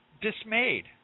dismayed